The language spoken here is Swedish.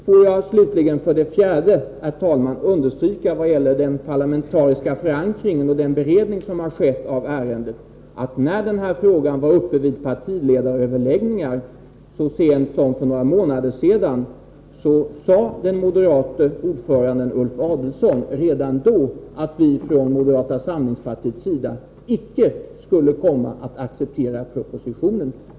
Får jag slutligen, för det fjärde, vad gäller den parlamentariska beredningen och förankringen beträffande detta ärende understryka att när den här frågan var uppe vid partiledaröverläggningar så sent som för några månader sedan sade moderaternas ordförande Ulf Adelsohn redan då att vi från moderaternas sida icke skulle komma att acceptera propositionen.